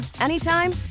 anytime